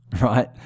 right